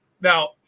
Now